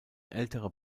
älterer